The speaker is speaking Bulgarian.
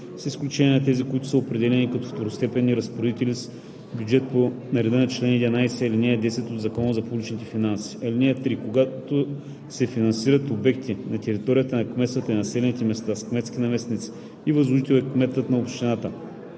с изключение на тези, които са определени като второстепенни разпоредители с бюджет по реда на чл. 11, ал. 10 от Закона за публичните финанси. (3) Когато се финансират обекти на територията на кметствата и населените места с кметски наместници и възложител е кметът на общината,